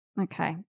Okay